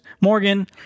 Morgan